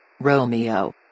Romeo